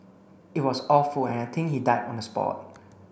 it was awful and I think he died on the spot